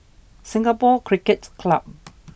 Singapore Cricket Club